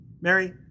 Mary